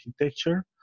architecture